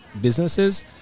businesses